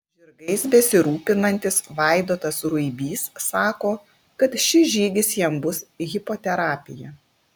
žirgais besirūpinantis vaidotas ruibys sako kad šis žygis jam bus hipoterapija